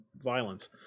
violence